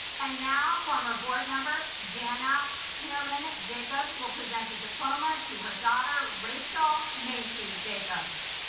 and now former board member jana pearman jacobs will present the diploma to her daughter rachel macey jacobs